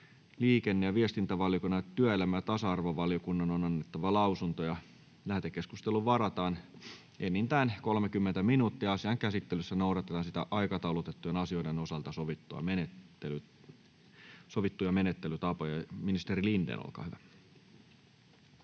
liikenne- ja viestintävaliokunnan ja työelämä- ja tasa-arvovaliokunnan on annettava lausunto. Lähetekeskusteluun varataan enintään 30 minuuttia. Asian käsittelyssä noudatetaan aikataulutettujen asioiden osalta sovittuja menettelytapoja. — Ministeri Lindén, olkaa hyvä.